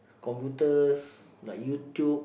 computers like YouTube